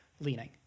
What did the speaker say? leaning